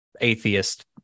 atheist